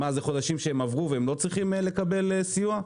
מה, זה חודשים שהם עברו והם לא צריכים לקבל סיוע?